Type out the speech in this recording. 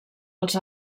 els